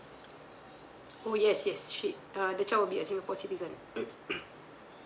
oh yes yes she uh the child will be a singapore citizen